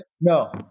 No